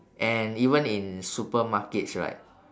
and even in supermarkets right